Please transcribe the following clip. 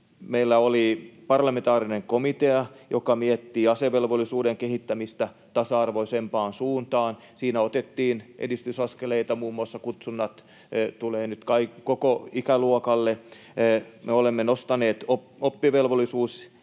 Meillä oli parlamentaarinen komitea, joka miettii asevelvollisuuden kehittämistä tasa-arvoisempaan suuntaan. Siinä otettiin edistysaskeleita, ja muun muassa kutsunnat tulevat nyt koko ikäluokalle. Me olemme nostaneet oppivelvollisuusikää,